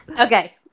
okay